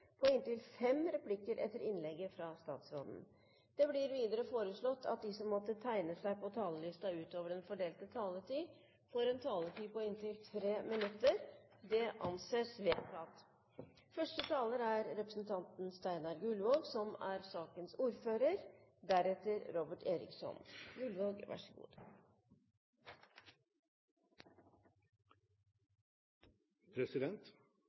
på inntil fem replikker med svar etter innlegget fra statsråden innenfor den fordelte taletid. Videre blir det foreslått at de som måtte tegne seg på talerlisten utover den fordelte taletid, får en taletid på inntil 3 minutter. – Det anses vedtatt. Både sjømannsorganisasjonene og Fiskarlaget er